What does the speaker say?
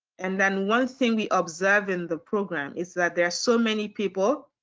and then one thing we observe in the program is that there are so many people